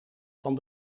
van